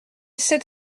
sept